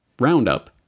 Roundup